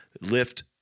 lift